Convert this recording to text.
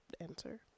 answer